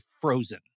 frozen